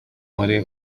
muri